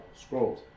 scrolls